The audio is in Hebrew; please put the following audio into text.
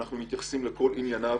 אנחנו מתייחסים לכל חלקיו.